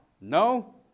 No